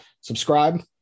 subscribe